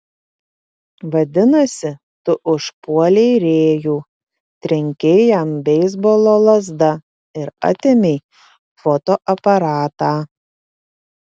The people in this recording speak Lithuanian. vadinasi tu užpuolei rėjų trenkei jam beisbolo lazda ir atėmei fotoaparatą